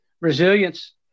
resilience